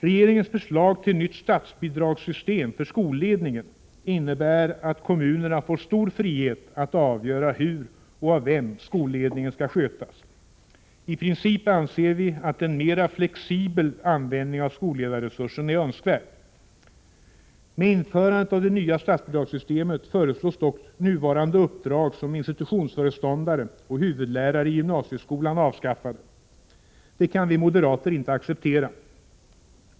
Regeringens förslag till nytt statsbidragssystem för skolledningen innebär att kommunerna får stor frihet att avgöra hur och av vem skolledningen skall skötas. I princip anser vi att en mera flexibel användning av skolledarresursen är önskvärd. Med införandet av det nya statsbidragssystemet föreslås dock nuvarande uppdrag som institutionsföreståndare och huvudlärare inom gymnasieskolan avskaffade. Det kan vi moderater inte acceptera.